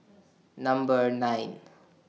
Number nine